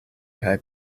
kaj